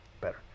better